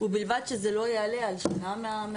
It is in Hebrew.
בשביל להקל לא --- לכן זו שאלה שצריך לבחון גם עם משרד האוצר.